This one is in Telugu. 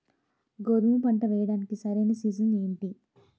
గోధుమపంట వేయడానికి సరైన సీజన్ ఏంటి?